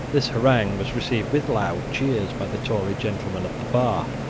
this harangue was received with loud cheers by the tory gentlemen at the bar.